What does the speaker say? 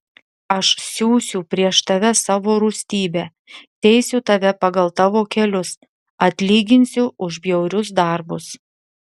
aš siųsiu prieš tave savo rūstybę teisiu tave pagal tavo kelius atlyginsiu už bjaurius darbus